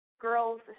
girls